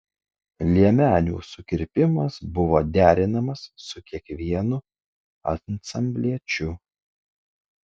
liemenių sukirpimas buvo derinamas su kiekvienu ansambliečiu